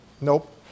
Nope